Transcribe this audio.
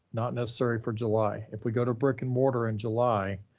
not necessarily for july, if we go to brick and mortar in july,